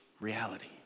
reality